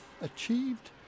achieved